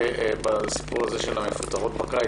בעניין זה שהן מפוטרות בקיץ,